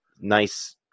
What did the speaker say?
nice